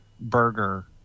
burger